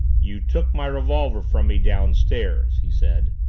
you took my revolver from me downstairs, he said.